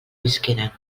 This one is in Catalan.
visqueren